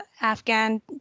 afghan